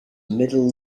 middle